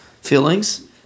feelings